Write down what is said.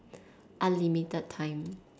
unlimited time